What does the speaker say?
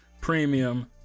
premium